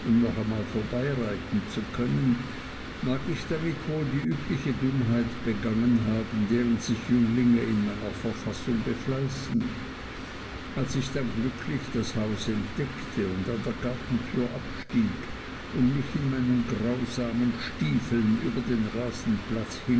noch einmal vorbeireiten zu können mag ich damit wohl die übliche dummheit begangen haben deren sich jünglinge in meiner verfassung befleißen als ich dann glücklich das haus entdeckte und an der gartentür abstieg und mich in meinen grausamen stiefeln über den rasenplatz